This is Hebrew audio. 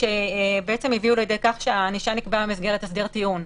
שבעצם הביאו לידי כך שהענישה נקבעה במסגרת הסכם טיעון.